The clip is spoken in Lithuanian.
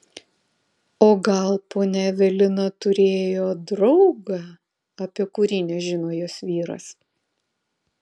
o gal ponia evelina turėjo draugą apie kurį nežino jos vyras